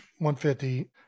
150